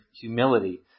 humility